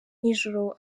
nijoro